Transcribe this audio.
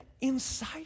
inside